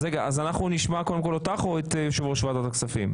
אנחנו נשמע קודם כל אותך או את יושב-ראש ועדת הכספים?